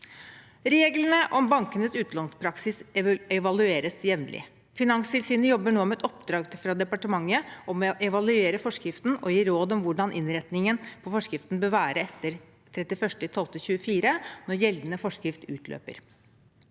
Reglene om bankenes utlånspraksis evalueres jevnlig. Finanstilsynet jobber nå med et oppdrag fra departementet om å evaluere forskriften og å gi råd om hvordan innretningen på forskriften bør være etter 31. desember 2024, når gjeldende forskrift utløper.